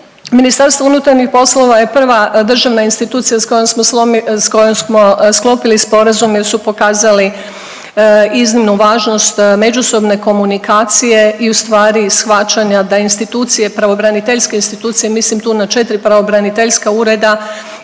Ministarstvo unutarnjih poslova je prva državna institucija s kojom smo sklopili sporazum jer su pokazali iznimnu važnost međusobne komunikacije i u stvari, shvaćanja da institucije, pravobraniteljske institucije, mislim tu na 4 pravobraniteljska ureda